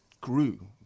grew